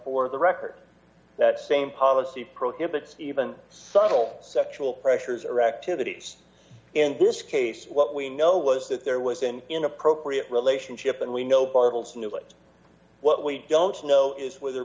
for the record that same policy prohibits even subtle sexual pressures or activities in this case what we know was that there was an inappropriate relationship and we know bartels d knew it what we don't know is w